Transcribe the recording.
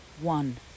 One